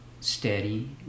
steady